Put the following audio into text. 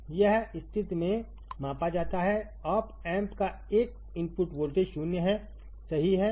यह स्थिति में मापा जाता है ऑप एम्प का एक इनपुट वोल्टेज 0 है सही है